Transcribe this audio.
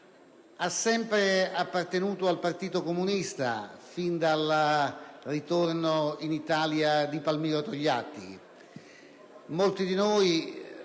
È sempre appartenuto al Partito Comunista Italiano, fin dal ritorno in Italia di Palmiro Togliatti.